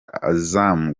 azam